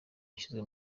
yashyizwe